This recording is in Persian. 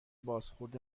بازخورد